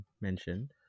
mentioned